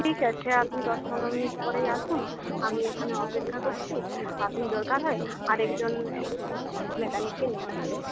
ঠিক আছে আপনি দশ পনেরো মিনিট পরেই আসুন আমি এইখানে অপেক্ষা করছি আপনি দরকার হয় আর একজন মেকানিককে নিয়ে আসুন